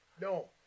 No